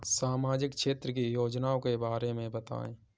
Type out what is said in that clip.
सामाजिक क्षेत्र की योजनाओं के बारे में बताएँ?